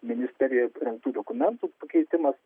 ministerijoj parengtų dokumentų pakeitimas